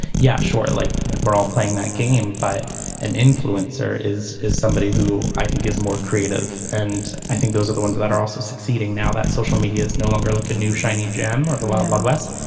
yeah. short like the ball playing that game but an influencer is is somebody who i think is more creative and i think those are the ones that are also succeeding now that social media is no longer like a new shiny gem or the wild wild west.